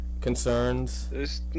Concerns